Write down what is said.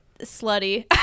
slutty